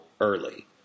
early